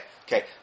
Okay